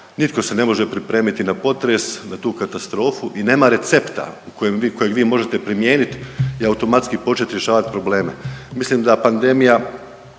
Nitko se ne može pripremiti na potres, na tu katastrofu i nema recepta kojeg vi možete primijenit i automatski počet rješavat probleme. Mislim da pandemija